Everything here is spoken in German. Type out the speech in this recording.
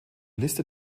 liste